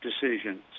decisions